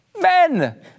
Men